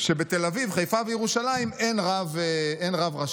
שבתל אביב, חיפה וירושלים אין רב ראשי,